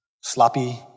sloppy